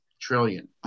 trillion